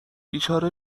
بیچاره